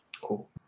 Cool